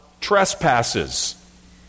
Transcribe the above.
trespasses